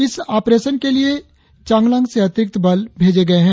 इस ऑपरेशन के लिए चांगलांग से अतिरिक्त बल भेजे गए है